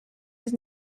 his